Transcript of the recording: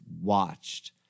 watched